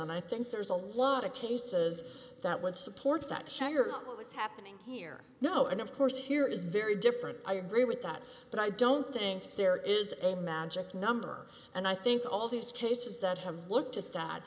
and i think there's a lot of cases that would support that what was happening here no and of course here is very different i agree with that but i don't think there is a magic number and i think all these cases that have looked at that